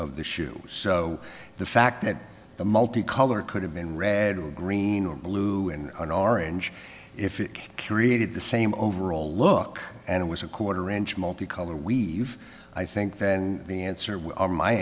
of the shoe so the fact that the multi color could have been red or green or blue in an orange if it created the same overall look and it was a quarter inch multicolor we've i think then the answer